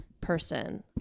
person